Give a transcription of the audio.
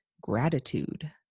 gratitude